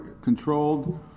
controlled